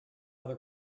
other